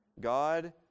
God